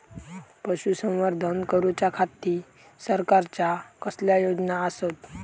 पशुसंवर्धन करूच्या खाती सरकारच्या कसल्या योजना आसत?